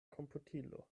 komputilo